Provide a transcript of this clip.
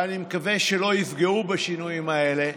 ואני מקווה שלא יפגעו בשינויים האלה,